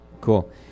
cool